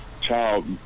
child